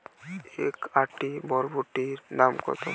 এক আঁটি বরবটির দাম কত?